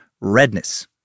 redness